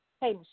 Hey